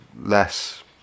less